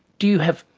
do you have,